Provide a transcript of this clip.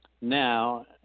now